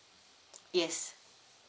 yes